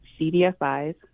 CDFIs